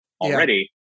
already